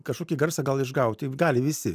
kažkokį garsą gal išgauti gali visi